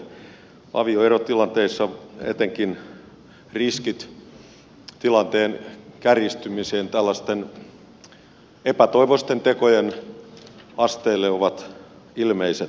etenkin avioerotilanteissa riskit tilanteen kärjistymiseen tällaisten epätoivoisten tekojen asteelle ovat ilmeiset